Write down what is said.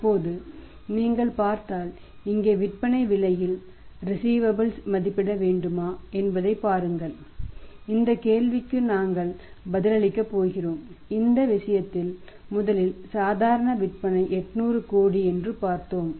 இப்போது நீங்கள் பார்த்தால் இங்கே விற்பனை விலையில் ரிஸீவபல்ஸ் மதிப்பிட வேண்டுமா என்பதைப் பாருங்கள் இந்த கேள்விக்கு நாங்கள் பதிலளிக்கப் போகிறோம் இந்த விஷயத்தில் முதலில் சாதாரண விற்பனை 800 கோடி என்று பார்த்தோம்